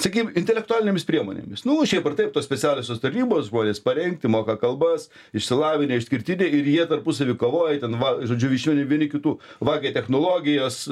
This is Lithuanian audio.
sakykim intelektualinėmis priemonėmis nu šiaip ar taip tos specialiosios tarnybos žmonės parengti moka kalbas išsilavinę išskirtiniai ir jie tarpusavy kovoja ten va žodžiu iki šiol vieni kitų vagia technologijas